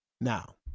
Now